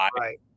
right